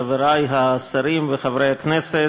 חברי השרים וחברי הכנסת,